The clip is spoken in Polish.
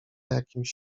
jakimś